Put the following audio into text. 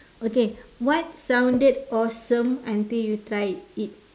okay what sounded awesome until you tried it